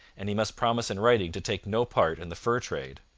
and he must promise in writing to take no part in the fur trade.